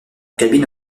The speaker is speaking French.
cabine